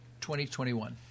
2021